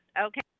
Okay